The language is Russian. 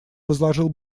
возложил